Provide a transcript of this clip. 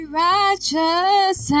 righteous